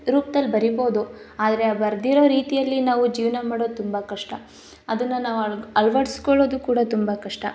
ರೂಪ್ದಲ್ಲಿ ಬರಿಬೋದು ಆದರೆ ಆ ಬರೆದಿರೋ ರೀತಿಯಲ್ಲಿ ನಾವು ಜೀವನ ಮಾಡೋದು ತುಂಬ ಕಷ್ಟ ಅದನ್ನು ನಾವು ಅಳ್ವಡಿಸ್ಕೊಳೋದು ಕೂಡ ತುಂಬ ಕಷ್ಟ